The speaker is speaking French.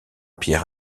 pierre